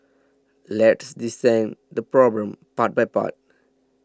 let's dissect the problem part by part